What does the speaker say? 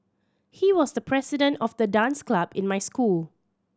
he was the president of the dance club in my school